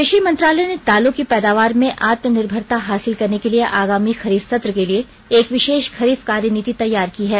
कृषि मंत्रालय ने दालों की पैदावार में आत्मनिर्भरता हासिल करने के लिए आगामी खरीफ सत्र के लिए एक विशेष खरीफ कार्यनीति तैयार की है